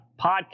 podcast